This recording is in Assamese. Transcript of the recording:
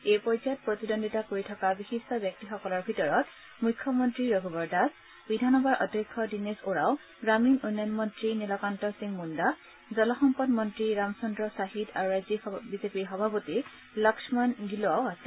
এই পৰ্যায়ত প্ৰতিদ্বন্দ্বিতা কৰি থকা বিশিষ্ট ব্যক্তিসকলৰ ভিতৰত মুখ্য মন্নী ৰঘুবৰ দাস বিধানসভাৰ অধ্যক্ষ দীনেশ অৰাও গ্ৰামীণ উন্নয়ন মন্নী নীলকান্ত সিং মুণ্ডা জলসম্পদ মন্নী ৰামচন্দ্ৰ ছাহিছ আৰু ৰাজ্যিক বিজেপিৰ সভাপতি লক্ষ্মণ গিলোৱাও আছে